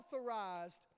authorized